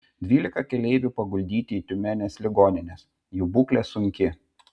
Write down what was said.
dvylika keleivių paguldyti į tiumenės ligonines jų būklė sunki